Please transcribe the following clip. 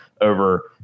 over